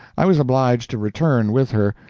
i was obliged to return with her,